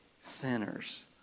sinners